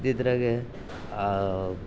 ಇದ್ದಿದ್ರಾಗೆ